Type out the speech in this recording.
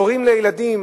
הורים לילדים